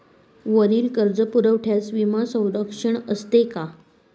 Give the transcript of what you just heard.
वरील कर्जपुरवठ्यास विमा संरक्षण असते का?